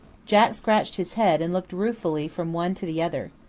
jack scratched his head and looked ruefully from one to the other.